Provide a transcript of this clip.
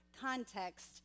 context